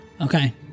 okay